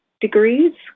degrees